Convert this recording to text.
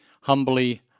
humbly